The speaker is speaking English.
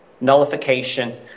nullification